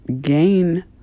gain